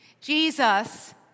Jesus